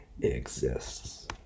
exists